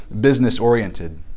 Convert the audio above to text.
business-oriented